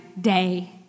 day